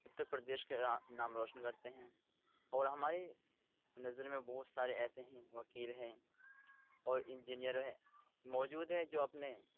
اتر پردیش کے نام روشن کرتے ہیں اور ہمارے نظر میں بہت سارے ایسے ہیں وکیل ہیں اور انجینئر ہے موجود ہیں جو اپنے